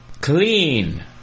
Clean